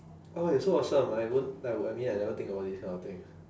!wah! you're so awesome I won't I will I mean I never think about this kind of things